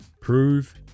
Prove